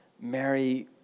Mary